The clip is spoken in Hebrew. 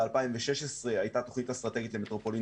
ב-2016 הייתה תוכנית אסטרטגית למטרופולין